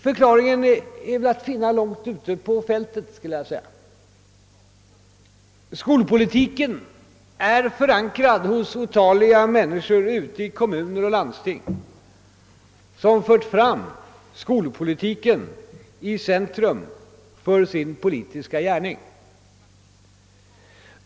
Förklaringen är att finna långt ute på fältet skulle jag vilja säga. Skolpolitiken är förankrad hos otaliga människor ute i kommuner och landsting som fört fram skolpolitiken i centrum för sin politiska gärning.